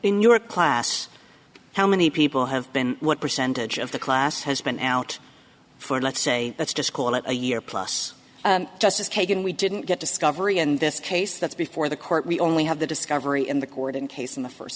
in your class how many people have been what percentage of the class has been out for let's say let's just call it a year plus justice kagan we didn't get discovery in this case that's before the court we only have the discovery in the court and case in the first